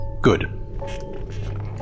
Good